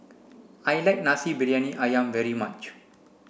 I like Nasi Briyani Ayam very much